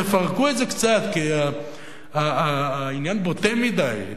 תפרקו את זה קצת, כי העניין בוטה מדי.